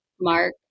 mark